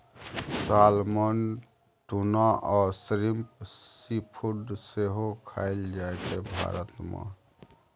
salmon, tuna आ shrimp seafood सेहो खाएल जाइ छै भारत मे